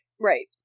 Right